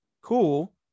cool